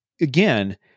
again